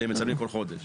שהם מצלמים כל חודש.